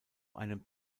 einem